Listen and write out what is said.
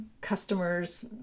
customers